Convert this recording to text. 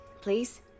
please